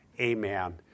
amen